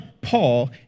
Paul